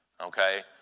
okay